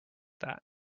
that